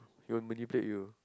he will manipulate you